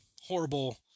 horrible